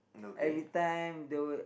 every time the